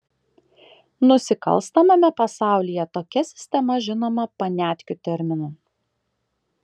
nusikalstamame pasaulyje tokia sistema žinoma paniatkių terminu